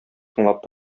тыңлап